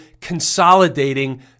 consolidating